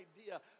idea